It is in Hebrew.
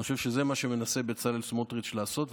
אני חושב שזה מה שמנסה בצלאל סמוטריץ' לעשות,